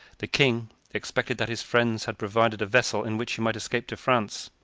the king expected that his friends had provided a vessel in which he might escape to france,